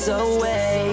away